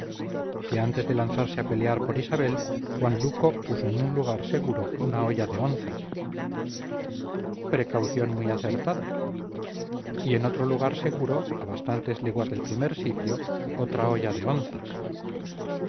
que antes de lanzarse a pelear por isabel juan luco puso en un lugar seguro una olla de onzas precaución muy acertada y en otro lugar seguro a bastantes leguas del primer sitio otra olla de onzas